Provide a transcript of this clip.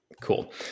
cool